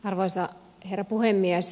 arvoisa herra puhemies